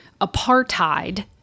apartheid